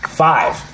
five